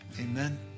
Amen